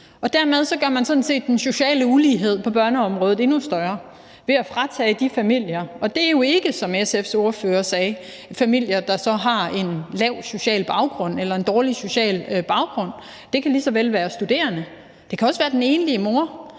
Dermed gør man sådan set den sociale ulighed på børneområdet endnu større ved at fratage de familier den mulighed. Det er jo ikke, som SF's ordfører sagde, familier, der har en dårlig social baggrund. Det kan lige så vel være studerende. Det kan også være den enlige mor,